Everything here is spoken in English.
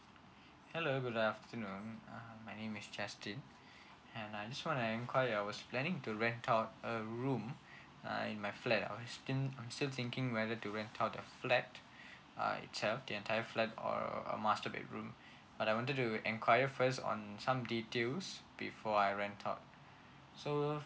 hello good afternoon um my name is justin mm and I just wanna enquire I was planning to rent out a room in my flat I'm still I'm still thinking whether to rent out the flat uh itself the entire flat or a a master bedroom but I wanted to enquiry first on some details before I rent out so